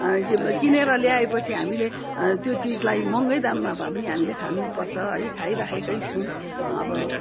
किनेर ल्याए पछि हामीले त्यो चिजलाई महँगै दाममा भए पनि हामीले खानु पर्छ है खाइरहेकै छौँ अब